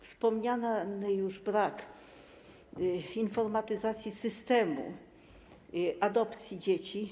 Wspomniany był już brak informatyzacji systemu adopcji dzieci.